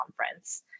conference